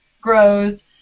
grows